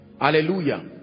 Hallelujah